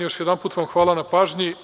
Još jedanput vam hvala na pažnji.